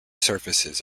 surfaces